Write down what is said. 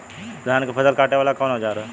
धान के फसल कांटे वाला कवन औजार ह?